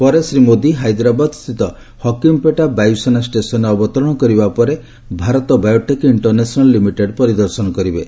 ପରେ ଶ୍ରୀ ମୋଦି ହାଇଦ୍ରାବାଦସ୍ଥିତ ହକିମ୍ପେଟ୍ ବାୟୁସେନା ଷ୍ଟେସନ୍ରେ ଅବତରଣ କରିବା ପରେ ଭାରତ ବାୟୋଟେକ୍ ଇକ୍ଷର୍ନ୍ୟାସନାଲ୍ ଲିମିଟେଡ୍ ପରିଦର୍ଶନ କରିବେ